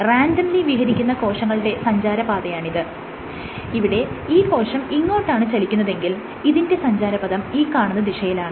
randomly വിഹരിക്കുന്ന കോശങ്ങളുടെ സഞ്ചാരപാതയാണിത് ഇവിടെ ഈ കോശം ഇങ്ങോട്ടാണ് ചലിക്കുന്നതെങ്കിൽ ഇതിന്റെ സഞ്ചാരപഥം ഈ കാണുന്ന ദിശയിലാണ്